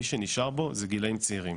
מי שנשאר בו הם גילאים צעירים.